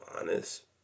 honest